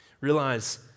Realize